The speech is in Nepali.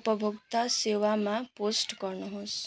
उपभोक्ता सेवामा पोस्ट गर्नुहोस्